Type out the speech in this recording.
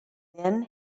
then